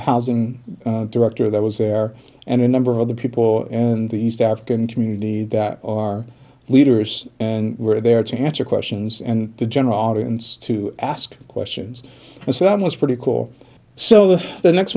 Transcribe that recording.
housing director that was there and a number of other people and the east african community our leaders and were there to answer questions and the general audience to ask questions and some was pretty cool so that the next